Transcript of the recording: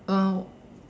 uh